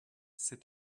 sit